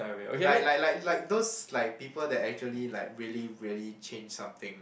like like like those like people that actually like really really change something